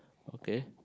okay